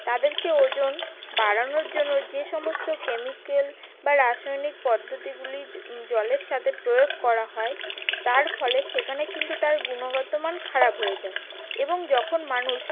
তাদেরকে ওজন বাড়ানোর জন্য যে সমস্ত কেমিক্যাল বা রাসায়নিক পদ্ধতিগুলি জলের সাথে প্রয়োগ করা হয় তার ফলে সেখানে কিন্তু তার গুণগত মান খারাপ হয়ে যায় এবং যখন মানুষ